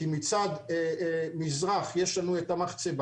כי מצד מזרח יש לנו את המחצבה,